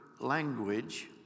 language